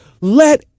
Let